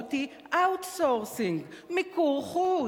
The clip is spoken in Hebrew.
המשמעות היא outsourcing, מיקור חוץ,